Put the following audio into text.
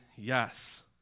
Yes